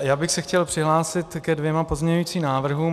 Já bych se chtěl přihlásit ke dvěma pozměňovacím návrhům.